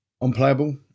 Unplayable